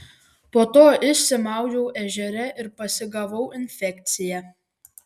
po to išsimaudžiau ežere ir pasigavau infekciją